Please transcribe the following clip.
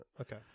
Okay